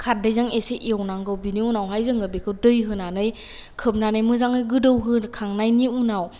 खारदैजों एसे एवनांगौ बिनि उनावहाय जोङो बेखौ दै होनानै खोबनानै मोजाङै गोदौ होखांनायनि उनाव